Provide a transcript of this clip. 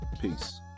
Peace